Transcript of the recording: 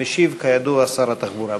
המשיב, כידוע, שר התחבורה.